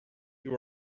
you